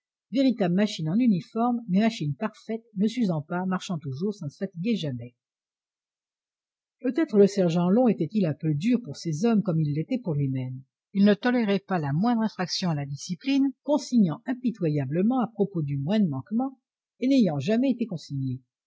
véritable machine en uniforme mais machine parfaite ne s'usant pas marchant toujours sans se fatiguer jamais peut-être le sergent long était-il un peu dur pour ses hommes comme il l'était pour luimême il ne tolérait pas la moindre infraction à la discipline consignant impitoyablement à propos du moindre manquement et n'ayant jamais été consigné